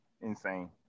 insane